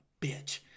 bitch